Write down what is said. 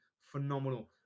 Phenomenal